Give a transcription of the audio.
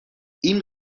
این